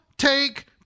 take